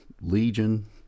Legion